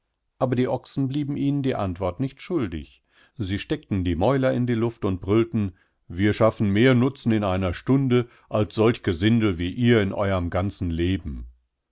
aber die ochsen blieben ihnen die antwort nicht schuldig sie steckten die mäuler in die luft und brüllten wir schaffen mehr nutzen in einer stunde alssolchgesindelwieihrineuremganzenleben an einigen